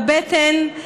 בבטן,